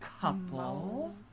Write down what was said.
couple